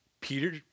Peter